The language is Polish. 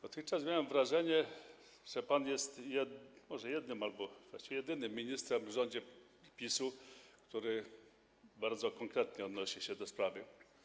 Dotychczas miałem wrażenie, że pan jest może jednym albo właściwie jedynym ministrem w rządzie PiS-u, który bardzo konkretnie odnosi się do sprawy.